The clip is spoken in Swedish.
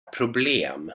problem